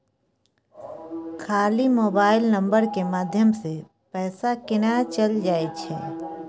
खाली mobile number के माध्यम से पैसा केना चल जायछै?